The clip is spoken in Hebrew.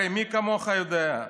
הרי מי כמוך יודע,